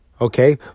okay